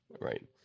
right